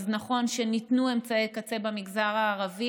אז נכון שניתנו אמצעי קצה במגזר הערבי,